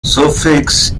suffix